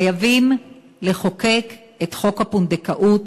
חייבים לחוקק את חוק הפונדקאות,